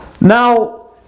Now